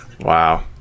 Wow